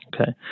Okay